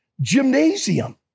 gymnasium